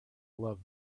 love